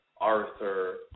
Arthur